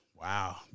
Wow